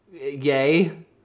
yay